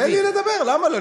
תן לי לדבר, למה לא?